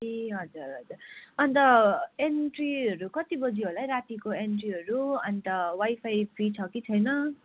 ए हजुर हजुर अन्त एन्ट्रीहरू कति बजी होला है रातीको एन्ट्रीहरू अन्त वाइफाई फ्री छ कि छैन